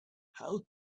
how